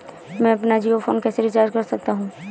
मैं अपना जियो फोन कैसे रिचार्ज कर सकता हूँ?